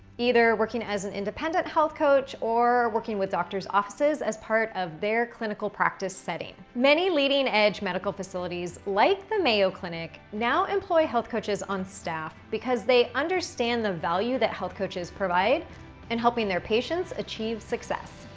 either working as an independent health coach or working with doctors offices as part of their clinical practice setting. many leading edge medical facilities, like the mayo clinic now employ health coaches on staff because they understand the value that health coaches provide in helping their patients achieve success.